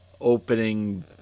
opening